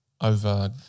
over